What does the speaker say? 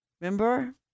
Remember